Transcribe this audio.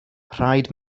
rhaid